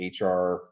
HR